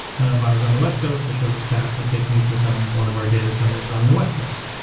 ah if i was on the west coast, the shortest path would take me to some one of our data centers on the west coast,